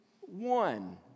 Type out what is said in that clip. one